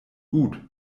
gut